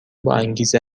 باانگیزه